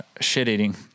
shit-eating